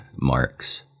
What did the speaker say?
marks